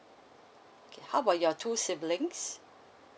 okay how about your two siblings